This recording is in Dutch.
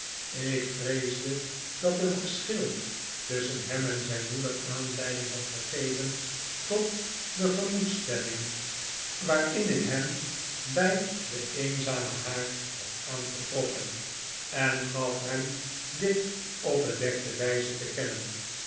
ik vreesde dat een geschil tusschen hem en zijn moeder aanleiding had gegeven tot de gemoedsstemming waarin ik hem bij den eenzamen haard had aangetroffen en gaf hem dit op bedekte wijze te kennen